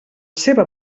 seva